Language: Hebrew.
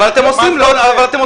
אבל אתם עושים ההפך.